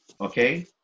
okay